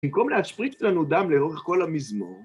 במקום להשפריץ לנו דם לאורך כל המזמור.